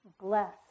Bless